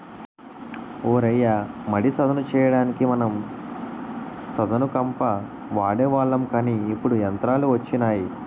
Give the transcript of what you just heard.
ఓ రయ్య మడి సదును చెయ్యడానికి మనం సదును కంప వాడేవాళ్ళం కానీ ఇప్పుడు యంత్రాలు వచ్చినాయి